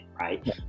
right